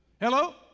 Hello